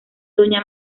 doña